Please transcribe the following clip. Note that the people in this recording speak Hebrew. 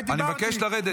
אני מבקש שתרד.